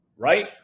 right